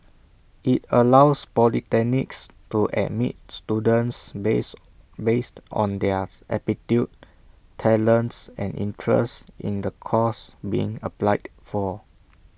IT allows polytechnics to admits students base based on their aptitude talents and interests in the course being applied for